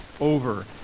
over